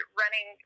running